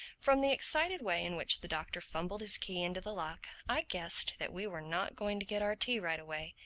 from the excited way in which the doctor fumbled his key into the lock i guessed that we were not going to get our tea right away,